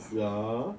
ya